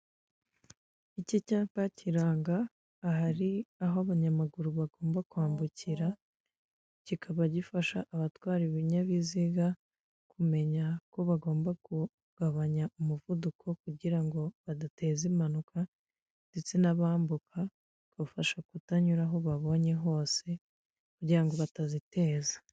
Iki cyapa kiranga ahari aho abanyamaguru bagomba kwambukira, kikaba gifasha abatwara ibinyabiziga, kumenya ko bagomba kugabanya umuvuduko kugira ngo badateza impanuka, ndetse n'abambuka kubafasha kutanyura aho babonye hose kugirango ngo bataziteza.